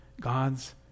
God's